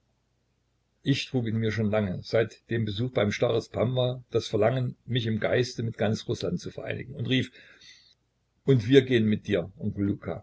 ich trug in mir schon lange seit dem besuch beim starez pamwa das verlangen mich im geiste mit ganz rußland zu vereinigen und rief und wir gehen mit dir onkel luka